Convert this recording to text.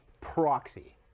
proxy